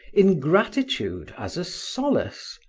ingratitude as a solace,